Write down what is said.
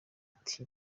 ati